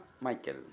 Michael